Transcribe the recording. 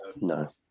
No